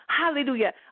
Hallelujah